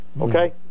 Okay